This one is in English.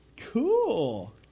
cool